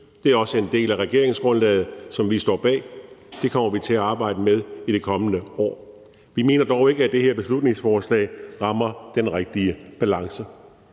Det er også en del af regeringsgrundlaget, som vi står bag, og det kommer vi til at arbejde med i det kommende år. Vi mener dog ikke, at det her beslutningsforslag rammer den rigtige balance.